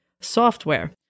software